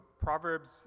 Proverbs